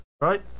right